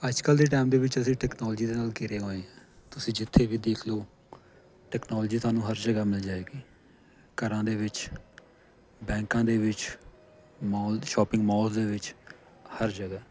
ਅੱਜ ਕੱਲ੍ਹ ਦੇ ਟਾਈਮ ਦੇ ਵਿੱਚ ਅਸੀਂ ਟੈਕਨੋਲੋਜੀ ਦੇ ਨਾਲ ਘਿਰੇ ਹੋਏ ਹਾਂ ਤੁਸੀਂ ਜਿੱਥੇ ਵੀ ਦੇਖ ਲਓ ਟੈਕਨੋਲੋਜੀ ਤੁਹਾਨੂੰ ਹਰ ਜਗ੍ਹਾ ਮਿਲ ਜਾਵੇਗੀ ਘਰਾਂ ਦੇ ਵਿੱਚ ਬੈਂਕਾਂ ਦੇ ਵਿੱਚ ਮਾਲ ਸ਼ੋਪਿੰਗ ਮਾਲ ਦੇ ਵਿੱਚ ਹਰ ਜਗ੍ਹਾ